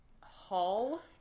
Hall